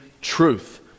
truth